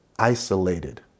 isolated